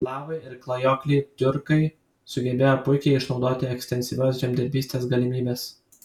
slavai ir klajokliai tiurkai sugebėjo puikiai išnaudoti ekstensyvios žemdirbystės galimybes